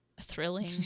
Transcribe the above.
thrilling